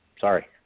Sorry